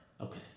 Okay